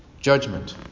judgment